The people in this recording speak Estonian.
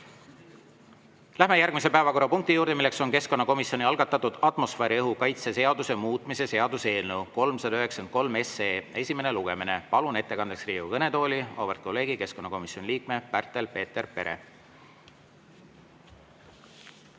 Läheme järgmise päevakorrapunkti juurde, milleks on keskkonnakomisjoni algatatud atmosfääriõhu kaitse seaduse muutmise seaduse eelnõu 393 esimene lugemine. Palun ettekandeks Riigikogu kõnetooli auväärt kolleegi, keskkonnakomisjoni liikme Pärtel-Peeter Pere.